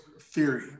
theory